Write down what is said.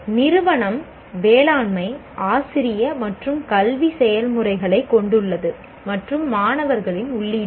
நிறுவனம் மேலாண்மை ஆசிரிய மற்றும் கல்வி செயல்முறைகளைக் கொண்டுள்ளது மற்றும் மாணவர்கள் உள்ளீடுகள்